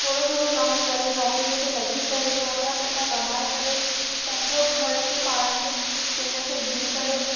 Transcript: थोरो थोरो कमु करे नौकरीअ ते लॻी करे थोरा थोरा पैसा कमाइ करे पंहिंजो ख़र्च पाण जे पैर ते बीह करे